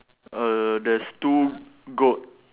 err there's two goat